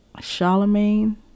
Charlemagne